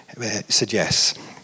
suggests